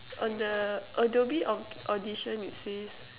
on the Adobe au~ audition it says